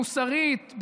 מוסרית,